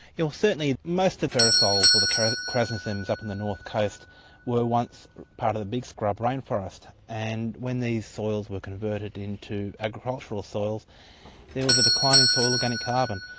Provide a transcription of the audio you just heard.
you know certainly most of the ferrosols or the kind of krasnozems up in the north coast were once part of the big scrub rainforest, and when these soils were converted into agricultural soils there was a decline in soil organic carbon,